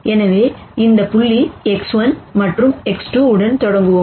எனவே இந்த புள்ளி X1 மற்றும் X2 உடன் தொடங்குவோம்